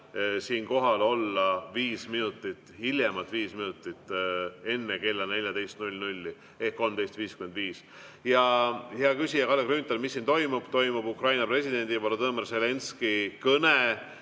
kohal olla viis minutit, hiljemalt viis minutit enne kella 14 ehk 13.55. Hea küsija Kalle Grünthal! Mis siin toimub? Toimub Ukraina presidendi Volodõmõr Zelenskõi kõne.